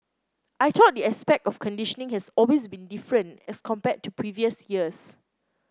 I thought the aspect of conditioning has always been different as compared to previous years